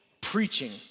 preaching